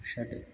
षट्